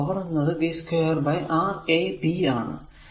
അപ്പോൾ പവർ എന്നത് v2 Rab ആണ്